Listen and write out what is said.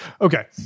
okay